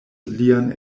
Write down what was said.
lian